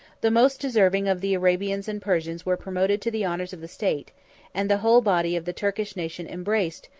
the most deserving of the arabians and persians were promoted to the honors of the state and the whole body of the turkish nation embraced,